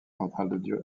centrale